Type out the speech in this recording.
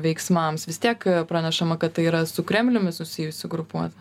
veiksmams vis tiek pranešama kad tai yra su kremliumi susijusi grupuotė